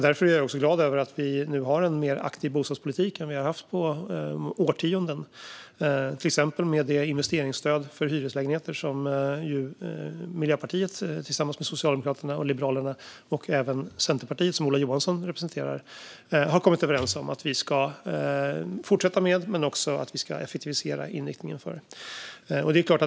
Därför är jag glad över att vi nu har en mer aktiv bostadspolitik än vi haft på årtionden, till exempel med det investeringsstöd för hyreslägenheter som Miljöpartiet tillsammans med Socialdemokraterna, Liberalerna och Centerpartiet, som Ola Johansson representerar, har kommit överens om att vi ska fortsätta med och effektivisera inriktningen för.